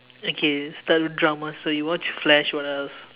okay start with drama so you watched flash what else